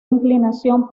inclinación